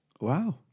Wow